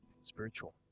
spiritual